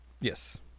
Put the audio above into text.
Yes